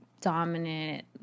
Dominant